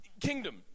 kingdom